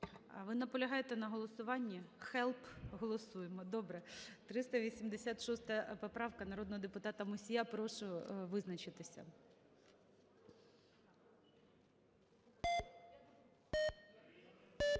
Ви наполягаєте на голосуванні? Help, голосуємо. Добре. 386 поправка, народного депутата Мусія. Прошу визначитися.